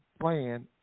plan